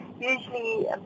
usually